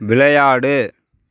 விளையாடு